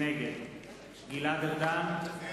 נגד גלעד ארדן,